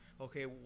okay